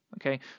okay